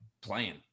playing